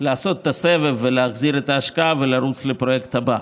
לעשות את הסבב ולהחזיר את ההשקעה ולרוץ לפרויקט הבא.